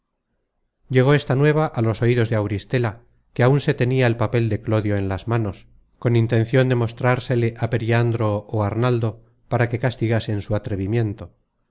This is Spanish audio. llegó esta nueva á los oidos de auristela que áun se tenia el papel de clodio en las manos con intencion de mostrársele á periandro ó arnaldo para que castigasen su atrevimiento